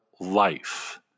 life